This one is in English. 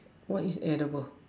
what is edible